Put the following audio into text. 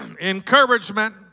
Encouragement